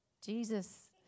Jesus